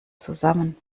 zusammen